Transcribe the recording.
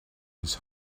his